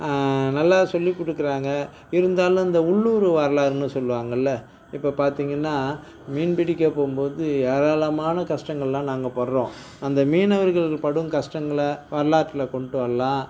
நல்லா சொல்லிக் கொடுக்குறாங்க இருந்தாலும் இந்த உள்ளூர் வரலாறுன்னு சொல்லுவாங்கல்ல இப்போ பார்த்தீங்கன்னா மீன் பிடிக்கப் போகும்போது ஏராளமான கஷ்டங்கல்லாம் நாங்கள் படுறோம் அந்த மீனவர்கள் படும் கஷ்டங்களை வரலாற்றில் கொண்டு வரலாம்